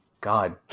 God